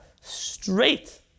straight